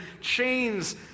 chains